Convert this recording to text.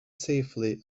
safely